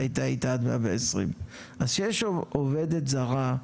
הייתה איתה עד 120. אז כשיש עובדת זרה,